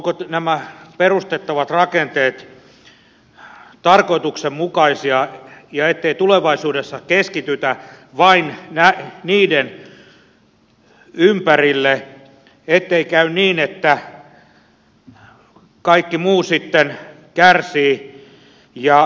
ovatko nämä perustettavat rakenteet tarkoituksenmukaisia ettei tulevaisuudessa keskitytä vain niiden ympärille ettei käy niin että kaikki muu sitten kärsii